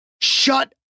Shut